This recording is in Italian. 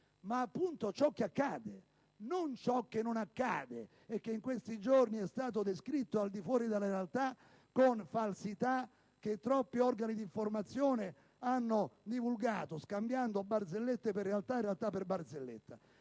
Ma, appunto, ciò che accade, non ciò che non accade e che in questi giorni è stato descritto al di fuori della realtà, con falsità che troppi organi di informazione hanno divulgato, scambiando barzellette per realtà e realtà per barzellette.